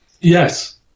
Yes